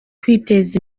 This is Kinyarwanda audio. kwiteza